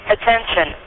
Attention